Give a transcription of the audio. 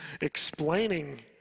explaining